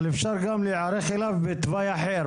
אבל אפשר גם להיערך אליו בתוואי אחר.